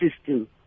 system